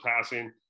passing